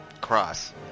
Cross